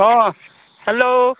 অ' hello